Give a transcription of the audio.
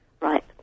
Right